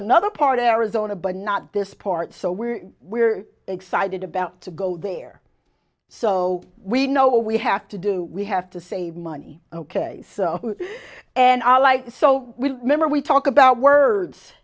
another part arizona but not this part so we're we're excited about to go there so we know we have to do we have to save money ok so and i like it so we remember we talk about words